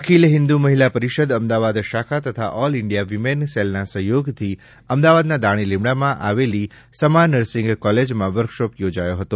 અખિલ હિન્દ્ર મહિલા પરિષદ અમદાવાદ શાખા તથા all India women સેલના સહયોગથી અમદાવાદના દાણીલીમડામાં આવેલી શમા નર્સિંગ કોલેજમાં વર્કશોપ યોજાયો હતો